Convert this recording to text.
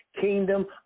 kingdom